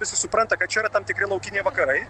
visi supranta kad čia yra tam tikri laukiniai vakarai